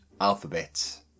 alphabet